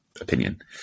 opinion